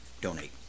donate